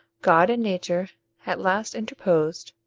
god and nature at last interposed,